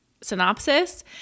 synopsis